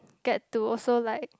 get to also like